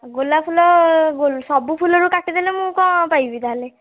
ଆଉ ଗୋଲାପ ଫୁଲ ସବୁ ଫୁଲରୁ କାଟିଦେଲେ ମୁଁ କ'ଣ ପାଇବି ତା'ହେଲେ